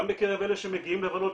גם בקרב אלה שמגיעים לבלות,